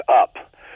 up